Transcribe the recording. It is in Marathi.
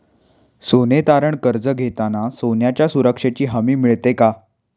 सोने तारण कर्ज घेताना सोन्याच्या सुरक्षेची हमी मिळते का?